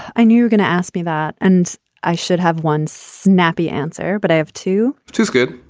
i knew you were going to ask me that, and i should have one snappy answer, but i have to to ask it.